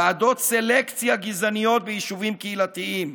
ועדות סלקציה גזעניות ביישובים קהילתיים,